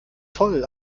toll